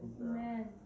Amen